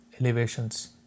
elevations